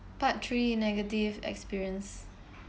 part three negative experience